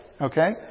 Okay